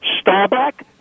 Starbuck